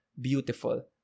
beautiful